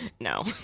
no